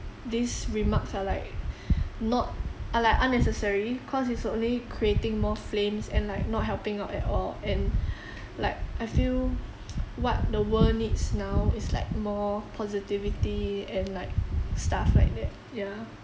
these remarks are like not are like unnecessary cause it's only creating more flames and like not helping out at all and like I feel what the world needs now is like more positivity and like stuff like that ya